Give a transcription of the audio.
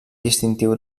distintiu